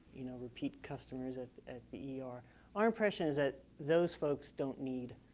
you know, repeat customers at at the. our our impression is that those folks don't need.